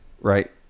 right